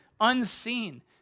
unseen